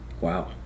Wow